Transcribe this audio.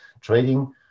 trading